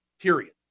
period